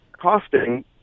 costing